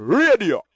radio